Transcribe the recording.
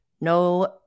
no